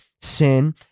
sin